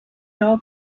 all